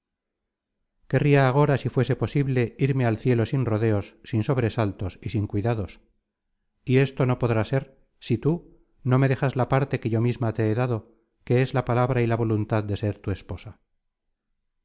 querria agora si fuese posible irme al cielo sin rodeos sin sobresaltos y sin cuidados y esto no podrá ser si tú no me dejas la parte que yo misma te he dado que es la palabra y la voluntad de ser tu esposa